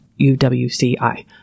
uwci